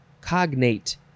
cognate